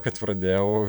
kad pradėjau